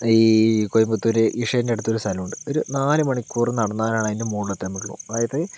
ഈ കോയമ്പത്തൂർ ഇഷേൻ്റടുത്ത് ഒരു സ്ഥലമുണ്ട് ഒരു നാലു മണിക്കൂർ നടന്നാലാണ് അതിൻ്റെ മുകളിൽ എത്താൻ പറ്റുള്ളൂ അതായത്